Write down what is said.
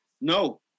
No